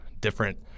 different